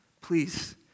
please